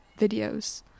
videos